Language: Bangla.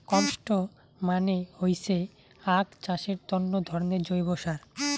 কম্পস্ট মানে হইসে আক চাষের তন্ন ধরণের জৈব সার